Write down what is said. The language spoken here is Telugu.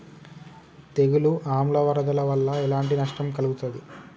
తెగులు ఆమ్ల వరదల వల్ల ఎలాంటి నష్టం కలుగుతది?